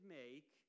make